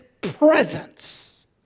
presence